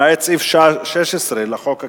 למעט סעיף 16 לחוק הכבאות,